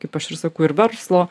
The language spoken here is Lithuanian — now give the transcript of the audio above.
kaip aš ir sakau ir verslo